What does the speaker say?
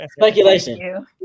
speculation